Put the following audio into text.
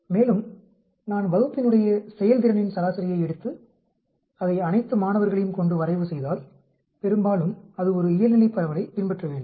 மேலும் நான் வகுப்பினுடைய செயல்திறனின் சராசரியை எடுத்து அதை அனைத்து மாணவர்களையும் கொண்டு வரைவு செய்தால் பெரும்பாலும் அது ஒரு இயல்நிலைப் பரவலைப் பின்பற்ற வேண்டும்